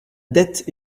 dette